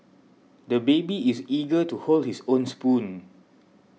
the baby is eager to hold his own spoon